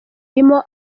irimo